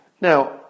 Now